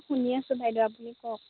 শুনি আছোঁ বাইদেউ আপুনি কওক